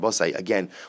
Again